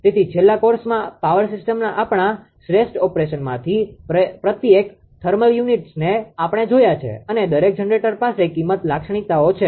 તેથી છેલ્લા કોર્સમાં પાવર સિસ્ટમના આપણા શ્રેષ્ઠ ઓપરેશનમાંથી પ્રત્યેક થર્મલ યુનિટ્સને આપણે જોયા છે અને દરેક જનરેટર પાસે કિંમત લાક્ષણિકતાઓ છે